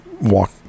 walk